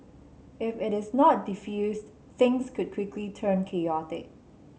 if it is not defused things could quickly turn chaotic